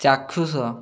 ଚାକ୍ଷୁଷ